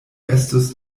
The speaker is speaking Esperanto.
estus